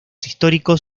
históricos